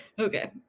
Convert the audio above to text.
Okay